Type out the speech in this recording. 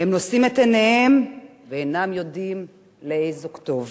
הם נושאים את עיניהם ואינם יודעים לאיזו כתובת.